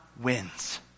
wins